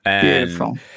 Beautiful